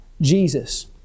Jesus